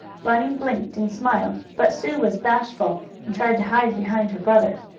bunny blinked and smiled, but sue was bashful, and tried to hide behind her brother.